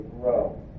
grow